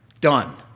Done